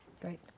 Great